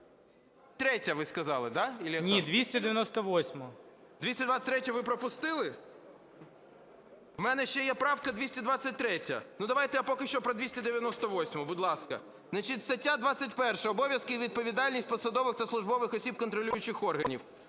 Ні, 298-а. ГОНЧАРЕНКО О.О. 223-ю ви пропустили? В мене ще є правка 223-я. Ну давайте я поки що про 298-у, будь ласка. Значить, стаття 21 "Обов'язки та відповідальність посадових та службових осіб контролюючих органів.